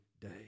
day